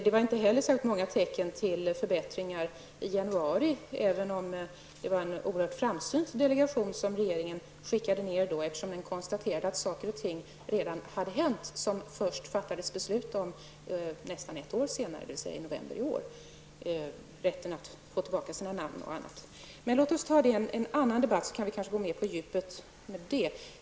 Det fanns inte heller särskilt många tecken till förbättringar i januari, även om den delegation som regeringen då skickade till Bulgarien var oerhört framsynt, eftersom den konstaterade att saker och ting redan hade hänt fastän beslut om detta fattades först nästan ett år senare, dvs. i november i år. Det gällde Bulgarien-turkarnas rätt att få tillbaka sina namn och annat. Låt oss ta upp detta i en annan debatt så att vi kanske då kan gå mer på djupet med frågan.